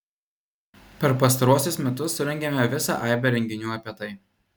per pastaruosius metus surengėme visą aibę renginių apie tai